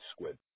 squid